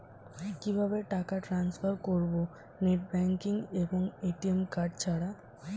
কিভাবে টাকা টান্সফার করব নেট ব্যাংকিং এবং এ.টি.এম কার্ড ছাড়া?